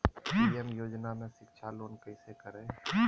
PM योजना में शिक्षा लोन कैसे करें?